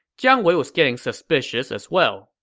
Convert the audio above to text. jiang wei was getting suspicious as well.